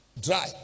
dry